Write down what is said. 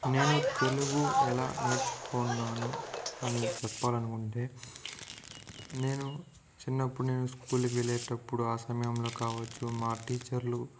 నేను తెలుగు ఎలా నేర్చుకొన్నాను అని చెప్పాలనుకుంటే నేను చిన్నప్పుడు నేను స్కూల్కి వెళ్ళేటప్పుడు ఆ సమయంలో కావచ్చు మా టీచర్లు